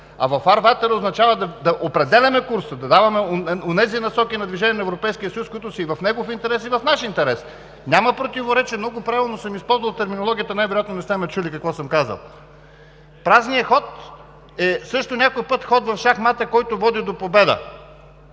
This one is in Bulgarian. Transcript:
А във фарватера означава да определяме курса, да даваме онези насоки на движение на Европейския съюз, които са и в негов интерес, и в наш интерес. Няма противоречие. Много правилно съм използвал терминологията, най-вероятно не сте ме чули какво съм казал. Празният ход също някой път е ход в шахмата, който води до победа,